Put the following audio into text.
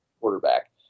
quarterback